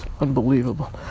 unbelievable